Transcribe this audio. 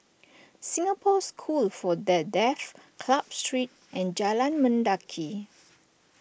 Singapore School for the Deaf Club Street and Jalan Mendaki